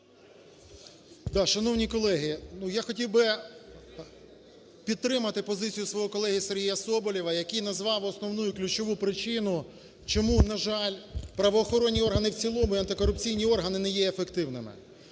Шановні колеги, я хотів би підтримати позицію свого колеги Сергія Соболєва, який назвав основну і ключову причину чому, на жаль, правоохоронні органи в цілому і антикорупційні органи не є ефективними.